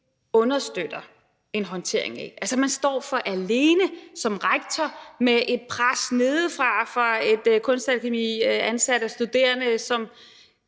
understøtter en håndtering af. Altså, man står som rektor for alene med et pres nedefra fra et Kunstakademi, ansatte og studerende, som